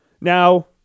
Now